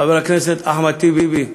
חבר הכנסת אחמד טיבי,